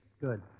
Good